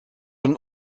een